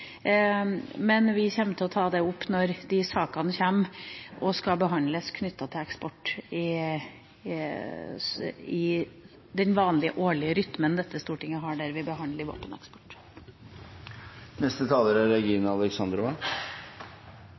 Men vi kommer til å ta det opp når de sakene knyttet til eksport kommer og skal behandles i den vanlige årlige rytmen dette stortinget har der vi behandler